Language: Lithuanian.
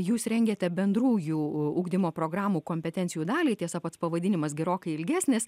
jūs rengiate bendrųjų ugdymo programų kompetencijų dalį tiesa pats pavadinimas gerokai ilgesnis